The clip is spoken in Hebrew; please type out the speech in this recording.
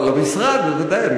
על המשרד, בוודאי.